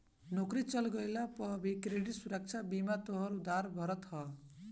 नोकरी चल गइला पअ भी क्रेडिट सुरक्षा बीमा तोहार उधार भरत हअ